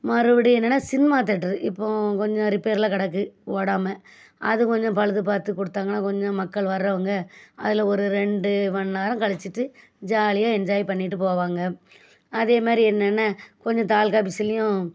மறுபடியும் என்னென்னா cinema theatre இப்போ கொஞ்சம் ரிப்பேரில் கிடக்கு ஓடாமல் அது கொஞ்சம் பளுது பார்த்து கொடுத்தாங்கன்னா கொஞ்சம் மக்கள் வர்றவுங்க அதில் ஒரு ரெண்டு மணி நேரம் கழிச்சிட்டு ஜாலியாக என்ஜாய் பண்ணிட்டு போவாங்க அதே மாதிரி என்னென்ன கொஞ்சம் தாலுக் ஆபீஸுலேயும்